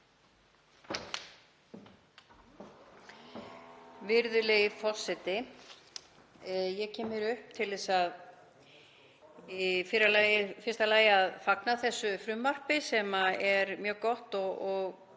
Virðulegi forseti. Ég kem upp til þess í fyrsta lagi að fagna þessu frumvarpi sem er mjög gott. Það